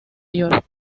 york